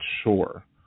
sure